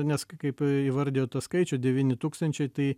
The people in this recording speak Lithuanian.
nes kaip įvardijo tą skaičių devyni tūkstančiai tai